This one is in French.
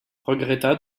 regretta